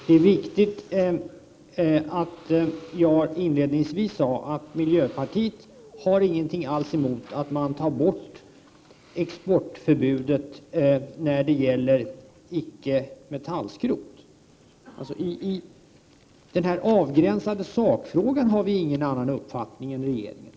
Herr talman! Jag sade inledningsvis att miljöpartiet inte alls har någonting emot att man tar bort exportförbudet när det gäller icke-metallskrot. I den avgränsade sakfrågan har vi alltså ingen annan uppfattning än regeringen.